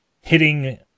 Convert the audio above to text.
hitting